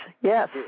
Yes